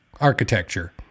architecture